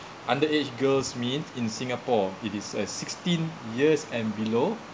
underage girls mean in singapore it is uh sixteen years and below